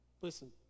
Listen